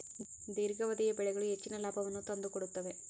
ದೇರ್ಘಾವಧಿಯ ಬೆಳೆಗಳು ಹೆಚ್ಚಿನ ಲಾಭವನ್ನು ತಂದುಕೊಡುತ್ತವೆ